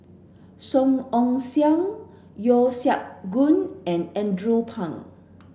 Song Ong Siang Yeo Siak Goon and Andrew Phang